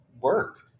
work